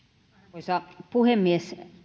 arvoisa puhemies